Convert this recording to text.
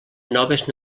noves